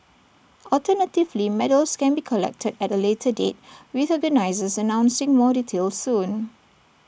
alternatively medals can be collected at A later date with organisers announcing more details soon